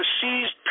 seized